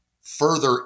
further